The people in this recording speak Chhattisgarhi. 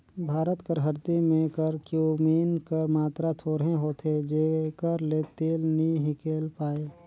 भारत कर हरदी में करक्यूमिन कर मातरा थोरहें होथे तेकर ले तेल नी हिंकेल पाए